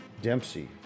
Dempsey